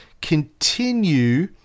continue